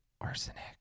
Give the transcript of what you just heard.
arsenic